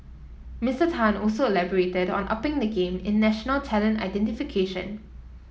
Mister Tan also elaborated on upping the game in national talent identification